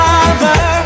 Father